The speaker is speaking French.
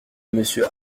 monsieur